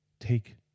Take